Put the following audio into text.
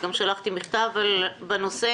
וגם שלחתי מכתב בנושא,